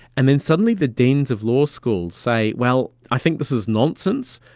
and then suddenly the deans of law schools say, well, i think this is nonsense,